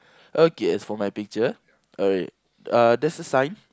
okay as for my picture alright uh there's a sign